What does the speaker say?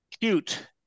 Cute